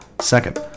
Second